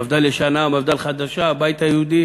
מפד"ל ישנה, מפד"ל חדשה, הבית היהודי